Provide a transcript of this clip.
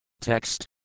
Text